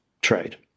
trade